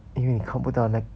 因为你看不到那